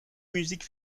music